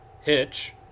Hitch